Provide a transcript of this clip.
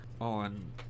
on